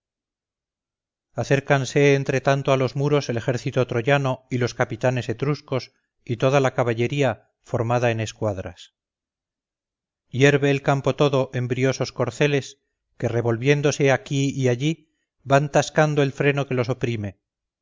acércanse entre tanto a los muros el ejército troyano y los capitanes etruscos y toda la caballería formada en escuadras hierve el campo todo en briosos corceles que revolviéndose aquí y allí van tascando el freno que los oprime